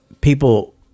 people